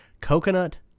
Coconut